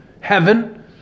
heaven